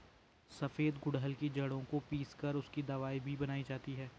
सफेद गुड़हल की जड़ों को पीस कर उसकी दवाई भी बनाई जाती है